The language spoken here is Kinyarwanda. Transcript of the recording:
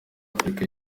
afurika